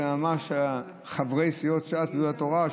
הם ממש חברי סיעות ש"ס ויהדות התורה,